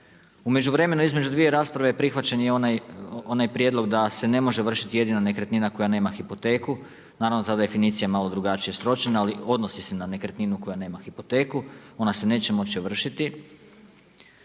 U međuvremenu između dvije rasprave je prihvaćen i onaj prijedlog da se ne može ovršiti jedina nekretnina koja nema hipoteku, naravno ta je definicija malo drugačije sročena ali odnosi se na nekretninu koja nema hipoteku, ona se neće moći ovršiti.